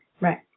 Right